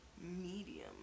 medium